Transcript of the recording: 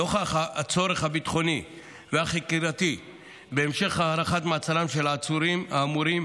נוכח הצורך הביטחוני והחקירתי בהמשך הארכת מעצרם של העצורים האמורים,